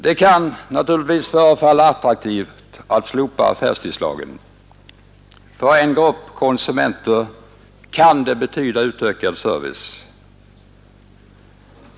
Det kan naturligtvis förefalla attraktivt att slopa affärstidslagen. För en grupp konsumenter kan det betyda utökad service.